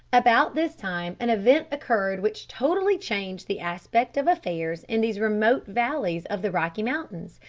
about this time an event occurred which totally changed the aspect of affairs in these remote valleys of the rocky mountains,